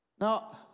Now